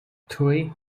three